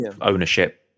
ownership